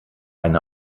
eine